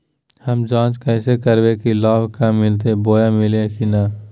हम जांच कैसे करबे की लाभ कब मिलते बोया मिल्ले की न?